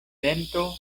vento